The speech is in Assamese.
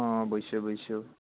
অঁ বুজিছোঁ বুজিছোঁ